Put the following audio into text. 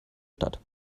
stadt